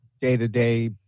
day-to-day